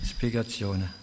Spiegazione